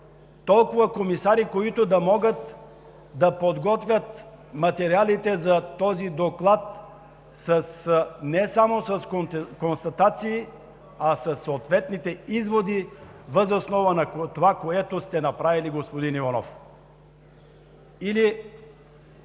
толкова комисари, които да могат да подготвят материалите за този доклад не само с констатации, а със съответните изводи, въз основа на това, което сте направили, господин Иванов.